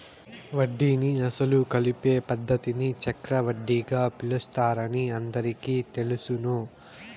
వడ్డీని అసలు కలిపే పద్ధతిని చక్రవడ్డీగా పిలుస్తారని అందరికీ తెలుసును